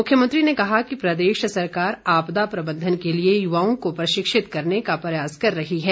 मुख्यमंत्री ने कहा कि प्रदेश सरकार आपदा प्रबंधन के लिए युवाओं को प्रशिक्षित करने का प्रयास कर रही है